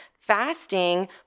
fasting